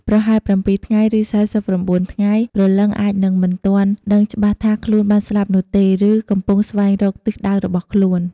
ប្រហែល ៧ថ្ងៃឬ ៤៩ថ្ងៃព្រលឹងអាចនឹងមិនទាន់ដឹងច្បាស់ថាខ្លួនបានស្លាប់នោះទេ ឬកំពុងស្វែងរកទិសដៅរបស់ខ្លួន។